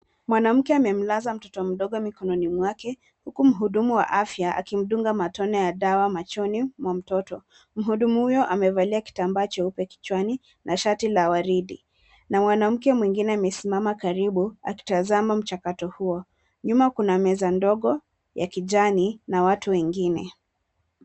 Mwanamke amemlaza mtoto mdogo mikononi mwake, huku mhudumu wa afya akimdunga matone ya dawa machoni mwa mtoto. Mhudumu huyo amevalia kitambaa cheupe kichwani na shati la waridi, na mwanamke mwingine amesimama karibu, akitazama mchakato huo. Nyuma kuna meza ndogo ya kijani na watu wengine.